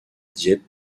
dieppe